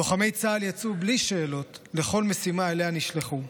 לוחמי צה"ל יצאו בלי שאלות לכל משימה שאליה נשלחו.